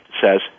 says